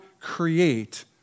create